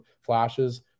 flashes